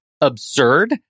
absurd